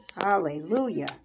Hallelujah